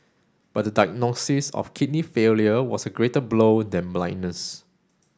but the diagnosis of kidney failure was a greater blow than blindness